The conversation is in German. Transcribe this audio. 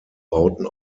bauten